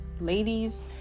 ladies